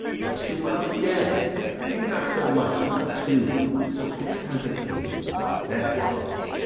but two months dead nay, not so much, not two so excellent a king that was,